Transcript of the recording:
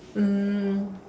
um